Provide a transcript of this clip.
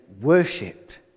worshipped